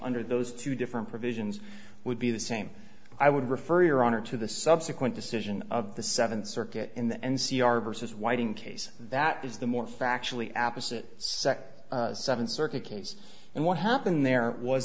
under those two different provisions would be the same i would refer your honor to the subsequent decision of the seventh circuit in the n c r versus whiting case that is the more factually apis it seven circuit case and what happened there was